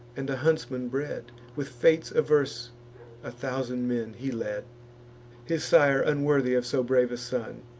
and a huntsman bred, with fates averse a thousand men he led his sire unworthy of so brave a son